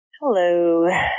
Hello